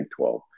12